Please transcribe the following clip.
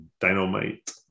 dynamite